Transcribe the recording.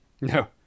No